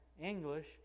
English